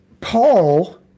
Paul